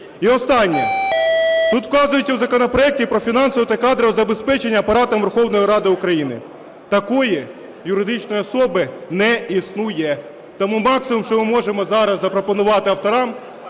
І останнє. Тут вказується в законопроекті про фінансове та кадрове забезпечення Апаратом Верховної Ради України. Такої юридичної особи не існує. Тому максимум, що ми можемо зараз запропонувати авторам,